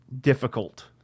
Difficult